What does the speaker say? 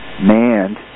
manned